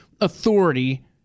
authority